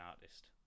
artist